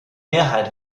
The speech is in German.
mehrheit